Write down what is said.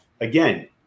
again